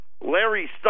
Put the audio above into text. larry